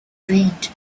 read